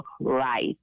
right